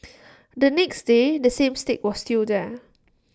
the next day the same stick was still there